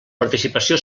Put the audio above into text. participació